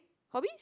hobby